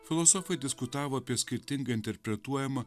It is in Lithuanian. filosofai diskutavo apie skirtingai interpretuojamą